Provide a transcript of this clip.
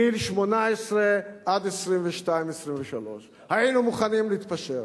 גיל 18 23-22. היינו מוכנים להתפשר,